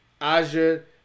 Azure